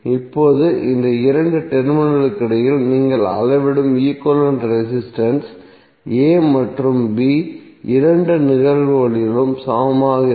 இப்போது இந்த இரண்டு டெர்மினல்களுக்கிடையில் நீங்கள் அளவிடும் ஈக்விவலெண்ட் ரெசிஸ்டன்ஸ் a மற்றும் b இரண்டு நிகழ்வுகளிலும் சமமாக இருக்கும்